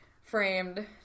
framed